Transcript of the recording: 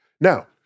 Now